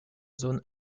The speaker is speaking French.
zone